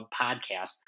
podcast